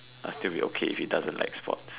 I still be okay if he doesn't like sports